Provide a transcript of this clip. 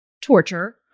torture